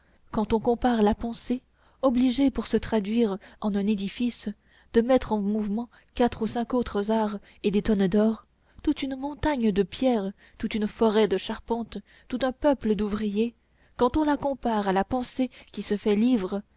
quand on compare la pensée obligée pour se traduire en un édifice de mettre en mouvement quatre ou cinq autres arts et des tonnes d'or toute une montagne de pierres toute une forêt de charpentes tout un peuple d'ouvriers quand on la compare à la pensée qui se fait livre